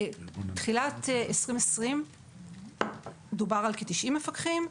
בתחילת שנת 2020 דובר על כ-90 מפקחים,